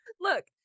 Look